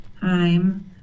time